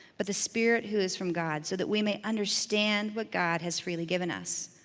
but the spirit who is from god, so that we may understand what god has freely given us.